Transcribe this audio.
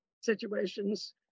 situations